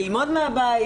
ללמוד מהבית,